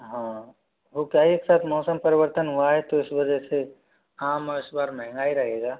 हाँ वो क्या है एक मौसम परिवर्तन हुआ है तो इस वजह से हाँ मगर इस बार महँगा ही रहेगा